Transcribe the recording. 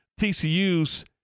TCU's